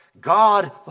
God